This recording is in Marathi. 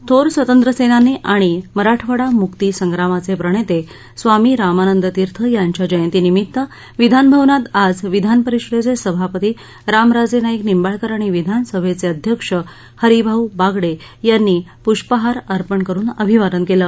थोर स्वतंत्र सेनानी आणि मराठवाडा मुक्ती संग्रामाचे प्रणेते स्वामी रामानंद तीर्थ यांच्या जयंतीनिमित्त विधानभवनात आज विधानपरिषदेचे सभापती रामराजे नाईक निंबाळकर आणि विधानसभचे अध्यक्ष हरिभाऊ बागडे यांनी पुष्पहार अर्पण करुन अभिवादन केल